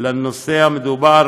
לנושא המדובר,